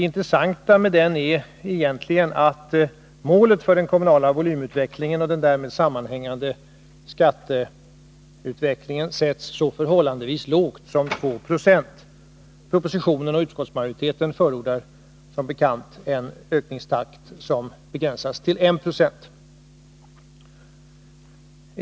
Det intressanta med den är egentligen att målet för den kommunala volymutvecklingen och den därmed sammanhängande skatteutvecklingen sätts så förhållandevis lågt som 2 26. Propositionen och utskottsmajoriteten förordar som bekant en ökningstakt som begränsas till 1 90.